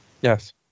Yes